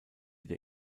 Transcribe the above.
der